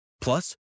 Plus